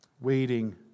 Waiting